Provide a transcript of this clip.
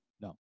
No